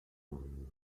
alone